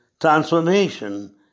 transformation